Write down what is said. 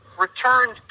returned